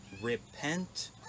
repent